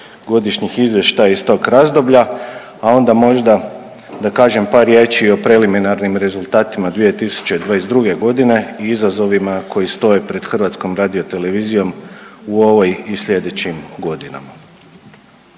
godišnjih izvještaja iz tog razdoblja, a onda možda da kažem par riječi i o preliminarnim rezultatima 2022. g. i izazovima koji stoji pred HRT-om u ovoj i sljedećim godinama.